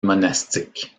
monastique